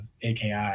AKI